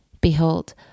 Behold